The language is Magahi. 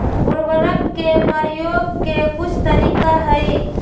उरवरक के परयोग के कुछ तरीका हई